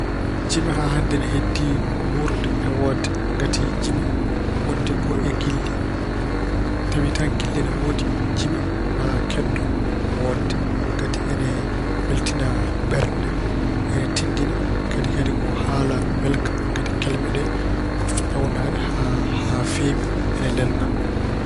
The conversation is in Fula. Jimi haa hannde ina heddii wuurde e woodde ngati jimi wondi ko e giɗli. Tawa tan gilli e ngoodi jimi maa keddo woodde ngati ene weltina ɓernde. Ina tinndina kadi ko haala welka ngati kelme ɗe ko peewnaaɗe haa feewi, ene lelna.